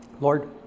Lord